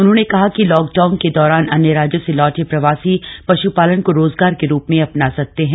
उन्होंने कहा कि लॉकडाउन के दौरान अन्य राज्यों से लौटे प्रवासी पश्पालन को रोजगार के रूप में अपना सकते हैं